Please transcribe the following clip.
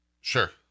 Sure